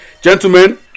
Gentlemen